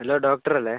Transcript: hello ഡോക്ടറല്ലേ